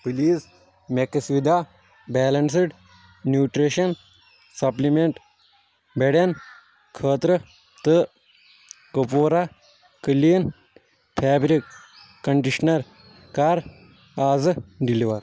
please میکسویدا balanced nutrition supplement بڑیٚن خٲطرٕ تہٕ کوپورا کلیٖن فیبرِک کٔنڈِشنر کَر آز ڈیلیور